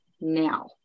now